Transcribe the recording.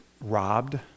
robbed